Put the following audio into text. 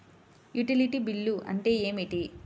Utility bill అంటే ఏమిటి?